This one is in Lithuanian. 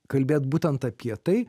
kalbėt būtent apie tai